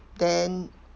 then